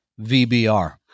VBR